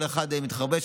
כל אחד מתחרבש,